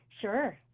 Sure